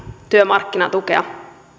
työmarkkinatukea